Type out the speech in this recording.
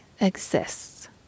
exists